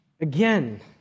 Again